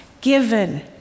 given